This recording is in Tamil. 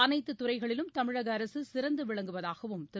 அனைத்துத் துறைகளிலும் தமிழக அரசு சிறந்து விளங்குவதாகவும் திரு